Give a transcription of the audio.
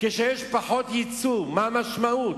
כשיש פחות ייצור, מה המשמעות?